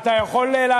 אתה כבר לא סגן שר האוצר.